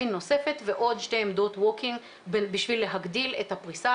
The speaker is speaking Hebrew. אין נוספת ועוד שתי עמדות וולקינג בשביל להגדיל את הפריסה